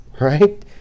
right